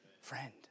Friend